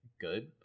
good